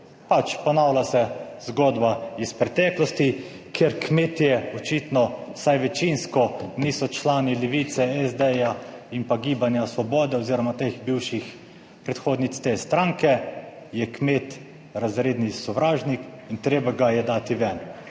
Pač ponavlja se zgodba iz preteklosti, ker kmetje očitno vsaj večinsko niso člani Levice, SD in pa Gibanja Svobode oziroma teh bivših predhodnic te stranke, je kmet razredni sovražnik in treba ga je dati ven